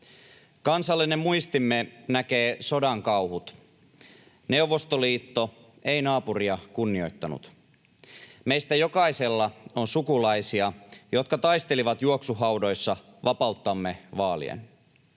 Kansallinen muistimme näkee sodan kauhut. Neuvostoliitto ei naapuria kunnioittanut. Meistä jokaisella on sukulaisia, jotka taistelivat juoksuhaudoissa vapauttamme vaalien.